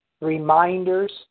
reminders